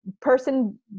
person